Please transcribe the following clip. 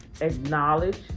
acknowledge